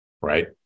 right